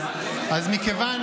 אז מכיוון